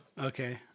Okay